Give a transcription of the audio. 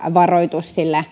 varoitus